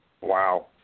Wow